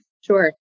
Sure